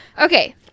okay